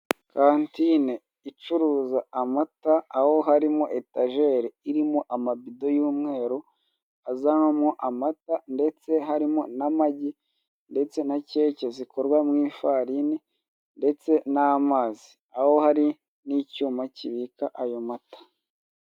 Kantine icuriza amata, aho harimo etajeri irimo amabido y'umweru azanwamo amata, ndetse harino n'amagi ndetse na keke zikora mu ifarini ndetse n'amazi. Aho hari n'icyuma kibika ayo mata.